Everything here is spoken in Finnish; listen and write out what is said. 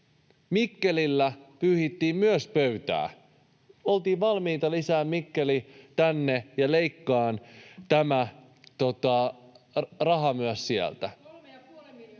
Mikkelillä pyyhittiin myös pöytää. Oltiin valmiita lisäämään Mikkeli tänne ja leikkaamaan tämä raha myös sieltä.